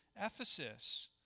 Ephesus